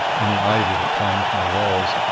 in the ivy that climbs my wall,